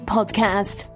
Podcast